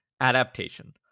adaptation